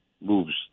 moves